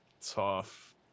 Tough